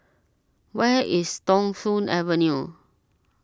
where is Thong Soon Avenue